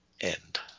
end